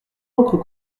encre